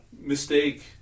mistake